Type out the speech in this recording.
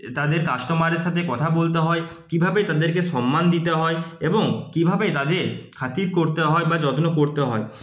তাদের কাস্টোমারের সাথে কথা বলতে হয় কীভাবে তাদেরকে সম্মান দিতে হয় এবং কীভাবে তাদের খাতির করতে হয় বা যত্ন করতে হয়